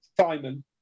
Simon